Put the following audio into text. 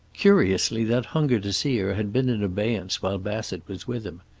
curiously, that hunger to see her had been in abeyance while bassett was with him.